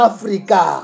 Africa